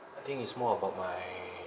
I think it's more about my